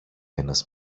ένας